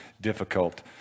difficult